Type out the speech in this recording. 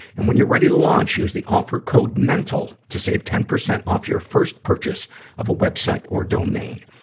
and when you're ready to launch, use the offer code mental to save ten percent off your first purchase of a web site or domain.